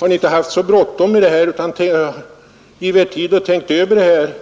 Hade ni inte haft så bråttom utan gett er tid att tänka över saken